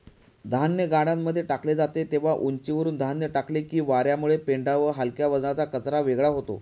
धान्य गाड्यांमध्ये टाकले जाते तेव्हा उंचीवरुन धान्य टाकले की वार्यामुळे पेंढा व हलक्या वजनाचा कचरा वेगळा होतो